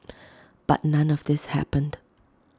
but none of this happened